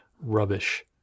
Rubbish